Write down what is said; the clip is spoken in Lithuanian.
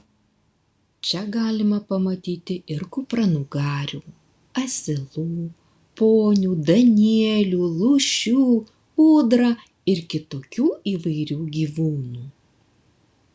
čia galima pamatyti ir kupranugarių asilų ponių danielių lūšių ūdrą ir kitokių įvairių gyvūnų